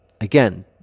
again